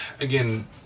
again